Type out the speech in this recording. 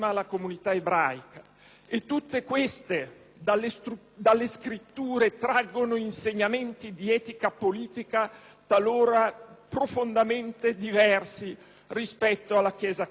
E tutte queste dalle Scritture traggono insegnamenti di etica politica talora profondamente diversi rispetto alla chiesa cattolica.